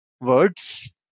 words